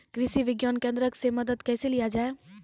कृषि विज्ञान केन्द्रऽक से मदद कैसे लिया जाय?